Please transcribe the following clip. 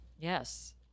Yes